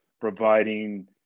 providing